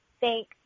thank